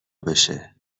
بشه